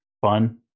fun